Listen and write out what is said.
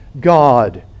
God